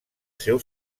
seu